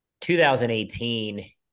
2018